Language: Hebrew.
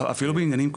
אפילו בעניינים,